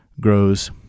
grows